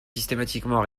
systématiquement